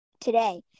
today